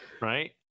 right